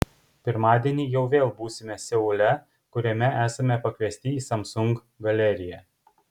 pirmadienį jau vėl būsime seule kuriame esame pakviesti į samsung galeriją